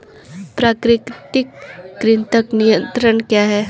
प्राकृतिक कृंतक नियंत्रण क्या है?